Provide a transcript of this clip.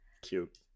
Cute